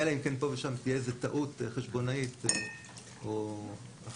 אלא אם כן פה ושם תהיה טעות חשבונאית או אחרת.